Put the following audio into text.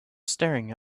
staring